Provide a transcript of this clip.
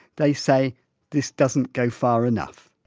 they say this doesn't go far enough.